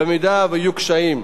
במידה שיהיו קשיים.